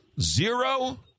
zero